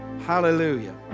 hallelujah